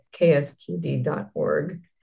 ksqd.org